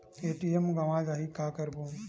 ATM गवां जाहि का करबो?